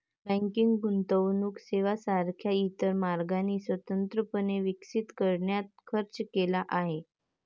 banking गुंतवणूक सेवांसारख्या इतर मार्गांनी स्वतंत्रपणे विकसित करण्यात खर्च केला आहे